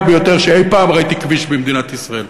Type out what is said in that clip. ביותר שאי-פעם ראיתי כביש במדינת ישראל.